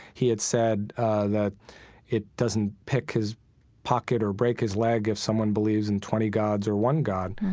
he had said that it doesn't pick his pocket or break his leg if someone believes in twenty gods or one god.